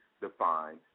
defined